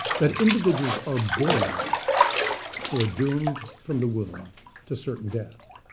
that individuals are born who are doomed from the womb to certain death.